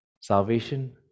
Salvation